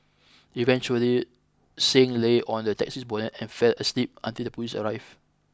eventually Singh lay on the taxi's bonnet and fell asleep until the police arrived